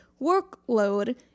workload